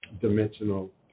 dimensional